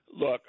Look